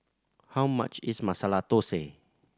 how much is Masala Thosai